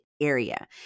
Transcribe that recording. area